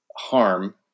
harm